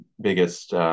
biggest